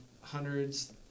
hundreds